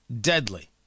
deadly